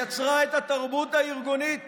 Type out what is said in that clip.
יצר את התרבות הארגונית